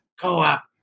co-op